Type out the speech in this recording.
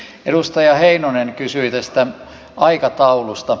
edustaja heinonen kysyi tästä aikataulusta